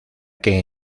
que